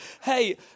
hey